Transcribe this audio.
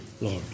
Lord